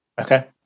Okay